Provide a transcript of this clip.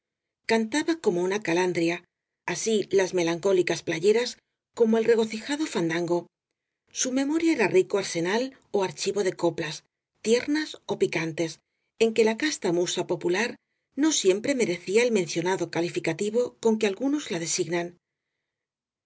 cantaba como una calandria así las melancólicas playeras como el regocijado fandango su memoria era rico arsenal ó archivo de coplas tiernas ó picantes en que la casta musa popular no siempre merecía el mencionado calificativo con que algunos la